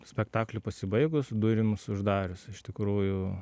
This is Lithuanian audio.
spektaklį pasibaigus durims uždarius iš tikrųjų